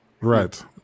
Right